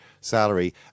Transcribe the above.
salary